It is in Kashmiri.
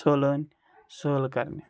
سہلٲنۍ سٲل کَرنہِ